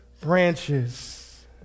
branches